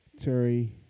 Terry